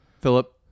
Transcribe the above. Philip